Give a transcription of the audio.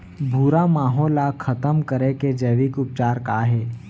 भूरा माहो ला खतम करे के जैविक उपचार का हे?